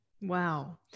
Wow